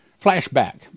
Flashback